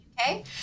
Okay